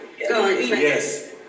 Yes